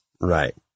right